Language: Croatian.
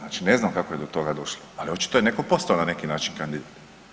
Znači, ne znam kako je do toga došlo, ali očito je netko postao na neki način kandidat.